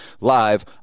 live